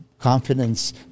confidence